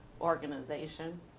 organization